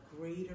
greater